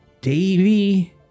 Davy